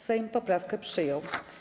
Sejm poprawkę przyjął.